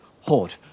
hoard